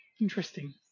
Interesting